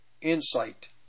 insight